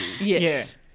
Yes